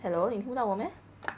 hello 你听不到我 meh